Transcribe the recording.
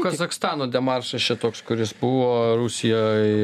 kazachstano demaršas čia toks kuris buvo rusijoj